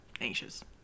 anxious